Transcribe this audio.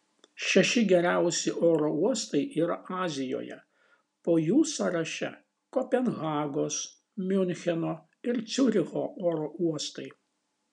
šeši geriausi oro uostai yra azijoje po jų sąraše kopenhagos miuncheno ir ciuricho oro uostai